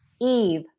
Eve